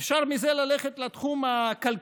אפשר מזה ללכת לתחום הכלכלי.